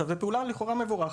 לכאורה זו פעולה מבורכת,